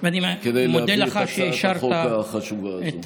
כדי להעביר את הצעת החוק החשובה הזאת.